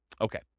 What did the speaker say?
Okay